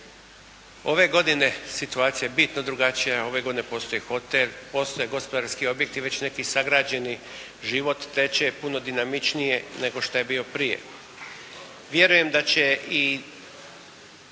Ove godine situacija je bitno drugačija. Ove godine postoji hotel, postoje gospodarski objekti već neki sagrađeni. Život teče puno dinamičnije nego što je bio prije. Vjerujem da će i